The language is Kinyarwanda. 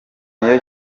niyo